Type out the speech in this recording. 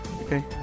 Okay